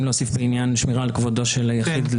להוסיף בעניין שמירה על כבודו של יחיד,